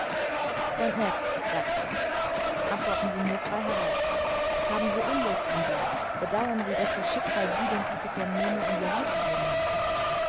freund ned sagte ich antworten sie mir frei heraus haben sie unlust an bord bedauern sie daß das schicksal sie dem kapitän nemo in die hand gegeben hat